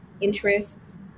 interests